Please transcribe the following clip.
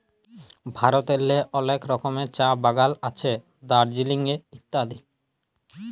ভারতেল্লে অলেক রকমের চাঁ বাগাল আছে দার্জিলিংয়ে ইত্যাদি